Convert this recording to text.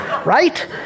right